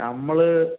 നമ്മള്